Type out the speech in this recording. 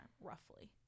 roughly